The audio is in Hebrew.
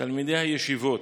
תלמידי הישיבות,